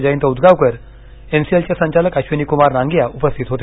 जयंत उदगावकर एनसीएलचे संचालक अश्विनी कुमार नांगिया उपस्थित होते